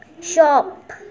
shop